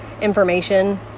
information